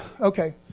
Okay